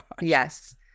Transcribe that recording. Yes